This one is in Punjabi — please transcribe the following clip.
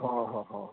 ਹਾਂ ਹਾਂ ਹਾਂ